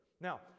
Now